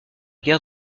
guerre